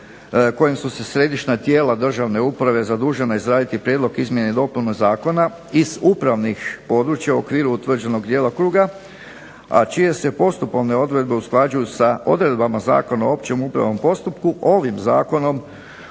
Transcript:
kojim su se središnja tijela državne uprave zadužena izraditi prijedlog izmijene i dopune zakona, iz upravnih područja u okviru utvrđenog djelokruga, a čije se postupovne odredbe usklađuju sa odredbama Zakona o općem upravnom postupku, ovim zakonom